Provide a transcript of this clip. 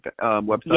website